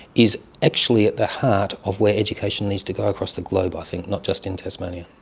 is actually at the heart of where education needs to go across the globe i think, not just in tasmania.